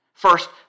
First